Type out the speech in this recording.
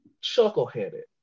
Chuckle-headed